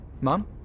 Mom